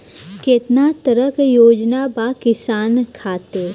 केतना तरह के योजना बा किसान खातिर?